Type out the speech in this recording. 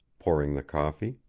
pouring the coffee.